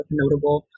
notable